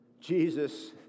Jesus